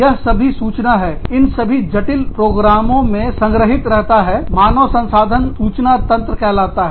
यह सभी सूचना है इन सभी जटिल प्रोग्रामों में संग्रहित रहता है मानव संसाधन सूचना तंत्र कहलाता है